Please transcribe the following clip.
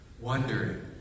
wondering